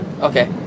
Okay